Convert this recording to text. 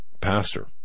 pastor